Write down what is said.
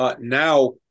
Now